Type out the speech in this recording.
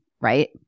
right